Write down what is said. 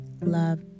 love